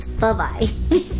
bye-bye